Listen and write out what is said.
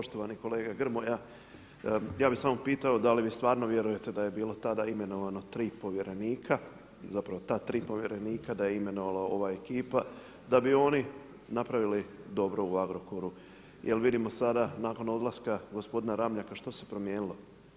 Poštovani kolega Grmoja, ja bi samo pitao da li vi stvarno vjerujte da je bilo tada imenovano tri povjerenika, zapravo ta tri povjerenika da je imenovala ova ekipa da bi oni napravili dobro u Agrokoru jel vidimo sada nakon odlaska gospodina Ramljaka što se promijenilo.